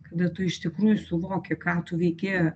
kada tu iš tikrųjų suvoki ką tu veiki